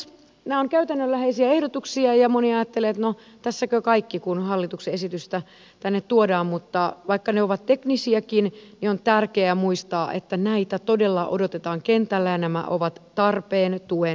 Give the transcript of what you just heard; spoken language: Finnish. nämä ovat käytännönläheisiä ehdotuksia ja moni ajattelee että no tässäkö kaikki kun hallituksen esitystä tänne tuodaan mutta vaikka ne ovat teknisiäkin niin on tärkeää muistaa että näitä todella odotetaan kentällä ja nämä ovat tarpeen tuen saajille